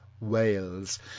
Wales